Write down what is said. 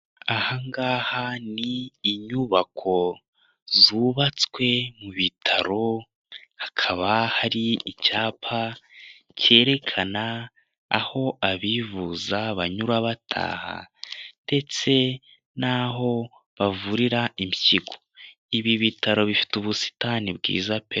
Ahangaha ni inyubako zubatswe mu bitaro, hakaba hari icyapa cyerekana aho abivuza banyura bataha. Ndetse n'aho bavurira impyiko. Ibi itaro bifite ubusitani bwiza pe!